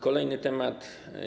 Kolejny temat.